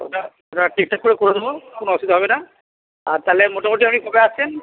ওটা ওটা ঠিকঠাক করে করে দেবো কোনো অসুবিধা হবে না আর তাহলে মোটামুটি আপনি কবে আসছেন